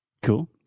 Cool